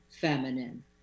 feminine